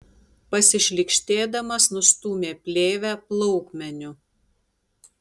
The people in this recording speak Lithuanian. pasišlykštėdamas nustūmė plėvę plaukmeniu